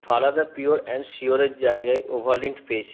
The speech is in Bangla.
ফালাদা পিওর অ্যান্ড শিওরের জায়গায় ওভালিন্ট পেয়েছি